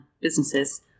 businesses